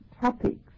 topics